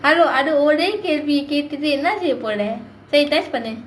hello ஒரே கேள்வி கேட்டுட்டு என்ன செய்ய போரே சரி:orae kelvi kettuttu enna seiya porae sari test பண்ணு:pannu